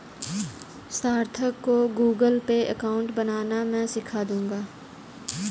सार्थक को Google Pay account बनाना मैं सीखा दूंगा